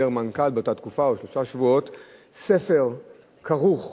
בהיעדר מנכ"ל באותה תקופה, ספר כרוך